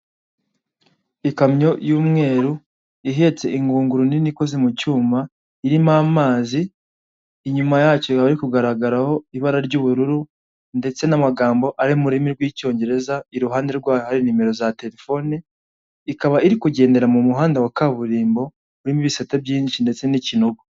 Ikamyo y'umweru ihetse ingunguru nini ikoze mu cyuma, irimo amazi, inyuma yacyo hari kugaragaraho ibara ry'ubururu ndetse n'amagambo ari mu rurimi rw'Icyongereza, iruhande rwayo hari nimero za telefone, ikaba iri kugendera mu muhanda wa kaburimbo, urimo ibisate byinshi ndetse n'ikingo.